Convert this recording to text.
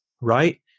right